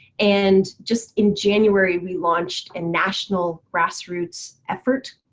and just in january, we launched a national grassroots effort,